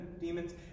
demons